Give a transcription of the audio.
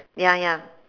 ya ya